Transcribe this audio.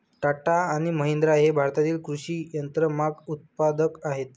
टाटा आणि महिंद्रा हे भारतातील कृषी यंत्रमाग उत्पादक आहेत